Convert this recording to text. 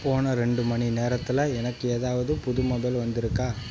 போன ரெண்டு மணி நேரத்தில் எனக்கு ஏதாவது புது மொபைல் வந்திருக்கா